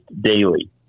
daily